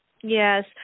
Yes